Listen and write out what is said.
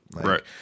right